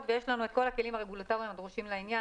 ויש לנו את כל הכלים הרגולטוריים הדרושים לעניין